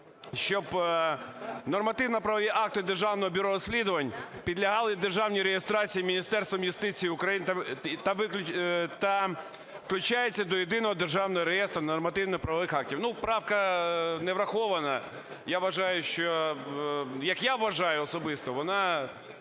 щоб нормативно-правові акти Державного бюро розслідувань підлягали державній реєстрації Міністерством юстиції України та включалися до Єдиного державного реєстру нормативно-правових актів. Ну, правка не врахована. Як я вважаю особисто, вона